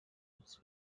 its